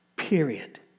period